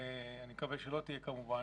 ואני מקווה שלא תהיה כמובן,